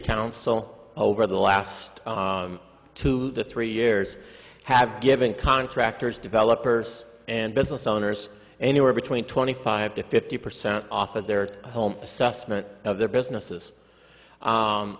council over the last two to three years have given contractors developers and business owners anywhere between twenty five to fifty percent off of their home assessment of their businesses